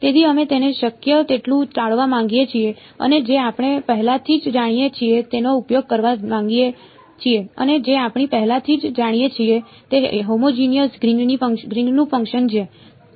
તેથી અમે તેને શક્ય તેટલું ટાળવા માંગીએ છીએ અને જે આપણે પહેલાથી જ જાણીએ છીએ તેનો ઉપયોગ કરવા માંગીએ છીએ અને જે આપણે પહેલાથી જ જાણીએ છીએ તે હોમોજિનિયસ ગ્રીનનું ફંકશન છે